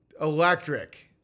Electric